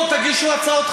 תשאל,